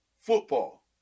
football